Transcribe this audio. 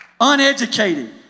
Uneducated